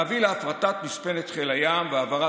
להביא להפרטת מספנת חיל הים והעברת